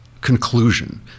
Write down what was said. conclusion